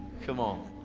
come on.